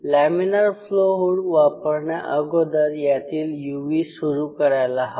laminar flow hood वापरण्याअगोदर यातील UV सुरू करायला हवा